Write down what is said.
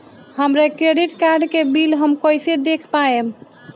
हमरा credit card के bill हम कइसे देख पाएम?